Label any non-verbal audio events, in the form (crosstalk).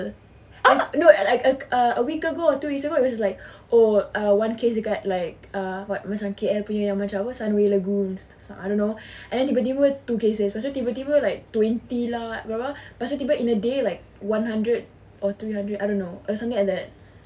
(noise) I know like a a week ago or two weeks ago it was like oh uh one case dekat like uh what macam K_L punya yang macam apa sunway lagoon I don't know then tiba-tiba two case seh tiba-tiba like twenty lah blah blah then tiba-tiba in a day like one hundred or two hundred I don't know something like that